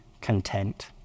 content